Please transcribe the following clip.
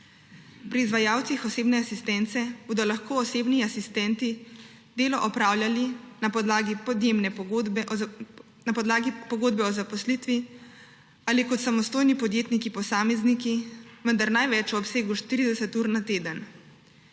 Pri izvajalcih osebne asistence bodo lahko osebni asistenti delo opravljali na podlagi pogodbe o zaposlitvi ali kot samostojni podjetniki posamezniki, vendar največ v obsegu 40 ur na teden.